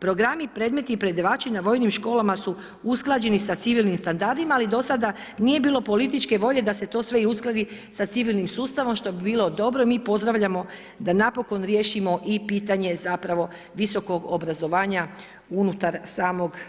Programi, predmeti i predavači na vojnim školama su usklađeni sa civilnim standardima, ali do sada nije bilo političke volje da se to sve i uskladi sa civilnim sustavom, što bi bilo dobro i mi pozdravljamo da napokon riješimo i pitanje zapravo visokog obrazovanja unutar